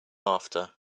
after